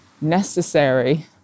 necessary